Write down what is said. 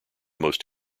most